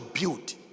build